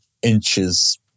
inches